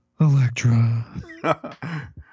Electra